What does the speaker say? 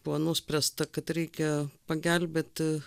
buvo nuspręsta kad reikia pagelbėti